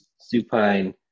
supine